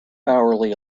hourly